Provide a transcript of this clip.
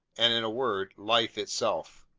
and, in a word, life itself.